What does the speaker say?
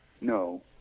No